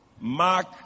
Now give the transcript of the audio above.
Mark